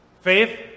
Faith